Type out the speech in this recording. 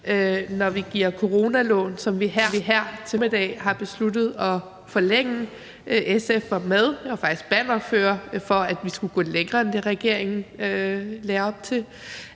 når vi giver coronalån, som vi her til formiddag har besluttet at forlænge? SF var med, jeg var faktisk bannerfører for, at vi skulle gå længere end det, regeringen lagde op til.